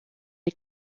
die